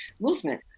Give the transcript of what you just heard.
movement